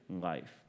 life